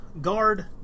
guard